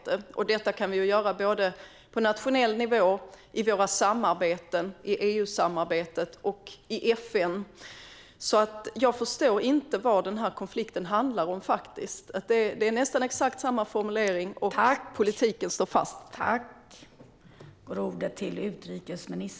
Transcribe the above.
Detta kan vi göra såväl på nationell nivå som i våra samarbeten i EU och i FN. Jag förstår därför inte vad konflikten handlar om. Det är ju nästan exakt samma formulering, och politiken står fast.